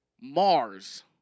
Mars